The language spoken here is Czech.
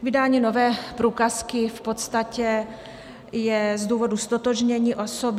Vydání nové průkazky v podstatě je z důvodu ztotožnění osoby.